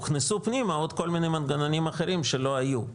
הוכנסו פנימה עוד כול מיני מנגנונים אחרים שלא היו.